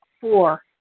Four